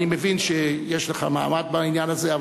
אני מבין שיש לך מעמד בעניין הזה.